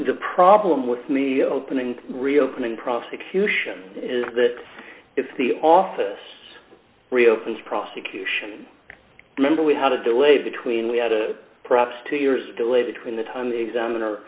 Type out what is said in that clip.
the problem with me opening reopening prosecution is that if the office reopens prosecution remember we had a delay between we had a props two years delay between the time the examiner